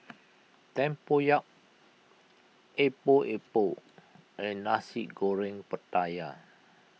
Tempoyak Epok Epok and Nasi Goreng Pattaya